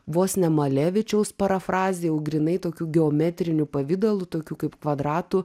vos ne malevičiaus parafrazė jau grynai tokių geometrinių pavidalų tokių kaip kvadratų